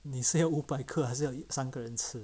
你是要五百克还是要三个人吃